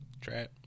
Trap